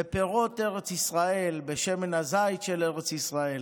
בפירות ארץ ישראל, בשמן הזית של ארץ ישראל.